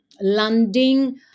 landing